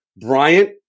Bryant